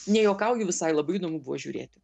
nejuokauju visai labai įdomu buvo žiūrėti